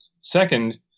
Second